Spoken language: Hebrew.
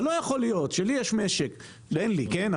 אבל לא יכול להיות שלי יש משק, אין לי, כן?